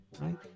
Right